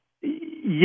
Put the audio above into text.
yes